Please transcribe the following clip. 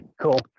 cool